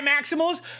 maximals